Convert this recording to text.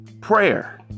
Prayer